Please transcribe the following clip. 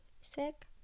sick